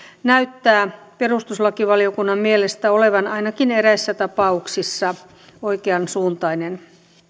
näyttää perustuslakivaliokunnan mielestä olevan ainakin eräissä tapauksissa oikeansuuntainen